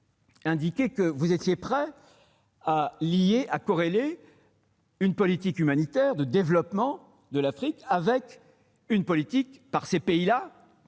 indiqué que vous étiez prêt à corréler une politique humanitaire de développement de l'Afrique avec un effort, par ces pays